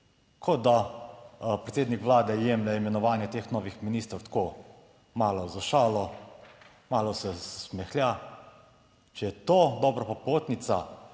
kot da predsednik Vlade jemlje imenovanje teh novih ministrov tako malo za šalo, malo se smehlja. Če je to dobra popotnica,